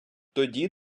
тоді